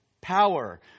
power